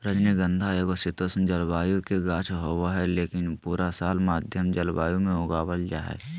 रजनीगंधा एगो शीतोष्ण जलवायु के गाछ होबा हय, लेकिन पूरा साल मध्यम जलवायु मे उगावल जा हय